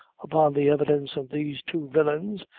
upon the evidence of these two villains,